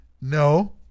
No